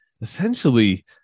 essentially